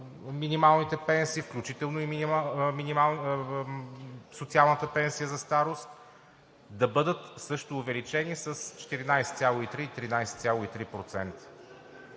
минималните пенсии, включително и социалната пенсия за старост, да бъдат също увеличени с 14,3 – 13,3%.